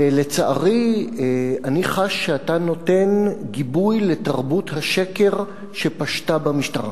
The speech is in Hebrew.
ולצערי אני חש שאתה נותן גיבוי לתרבות השקר שפשתה במשטרה.